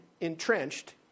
entrenched